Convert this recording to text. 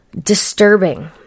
disturbing